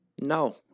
No